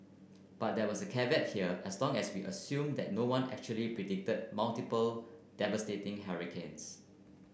but there was a caveat here as long as we assume that no one actually predicted multiple devastating hurricanes